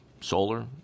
solar